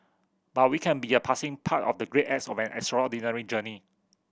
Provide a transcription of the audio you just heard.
but we can be a passing part of the great acts of an extraordinary journey